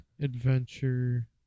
adventure